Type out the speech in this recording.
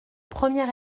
premier